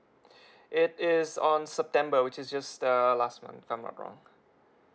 it is on september which is just err last month if I'm not wrong